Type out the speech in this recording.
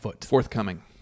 forthcoming